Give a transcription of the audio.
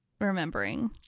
remembering